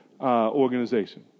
organization